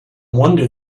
wonder